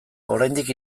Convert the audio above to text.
oraindik